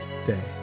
day